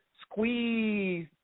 squeeze